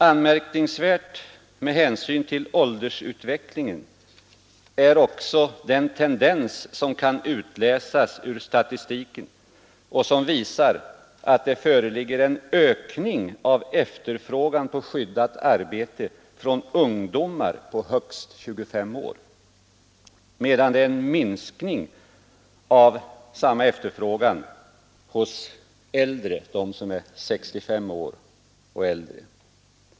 Anmärkningsvärd med hänsyn till åldersutvecklingen är också den tendens som kan utläsas ur statistiken och som visar att det föreligger en ökning av efterfrågan på skyddat arbete från ungdomar på högst 25 år, medan det är en minskning av samma efterfrågan hos äldre — hos dem som är 65 år och mer.